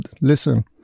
listen